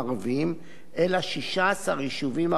אלא 16 יישובים ערביים בלבד,